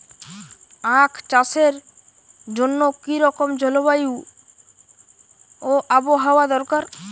আখ চাষের জন্য কি রকম জলবায়ু ও আবহাওয়া দরকার?